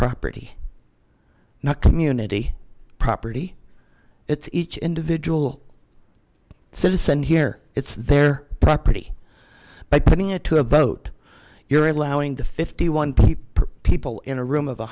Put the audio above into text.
property not community property it's each individual citizen here it's their property by putting it to a vote you're allowing the fifty one people in a room of a